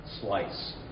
slice